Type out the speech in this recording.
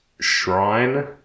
shrine